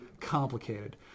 complicated